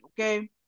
Okay